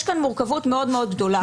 יש כאן מורכבות מאוד מאוד גדולה.